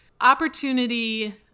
Opportunity